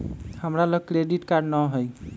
हमरा लग credit card नऽ हइ